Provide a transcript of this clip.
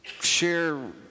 share